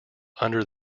under